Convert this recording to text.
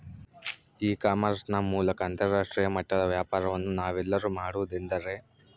E commerce ನ ಮೂಲಕ ಅಂತರಾಷ್ಟ್ರೇಯ ಮಟ್ಟದ ವ್ಯಾಪಾರವನ್ನು ನಾವೆಲ್ಲರೂ ಮಾಡುವುದೆಂದರೆ?